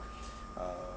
uh